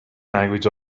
language